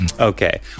Okay